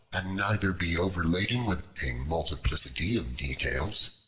and neither be overladen with a multiplicity of details,